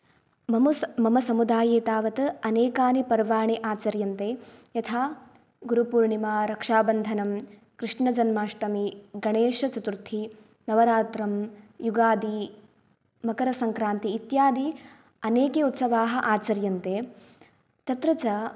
मम मम समुदाये तावत् अनेकानि पर्वाणि आचर्यन्ते यथा गुरुपूर्णिमा रक्षाबन्धनं कृष्णजन्माष्टमी गणेशचतुर्थी नवरात्रं युगादि मकरसङ्क्रान्ति इत्यादि अनेके उत्सवाः आचर्यन्ते तत्र च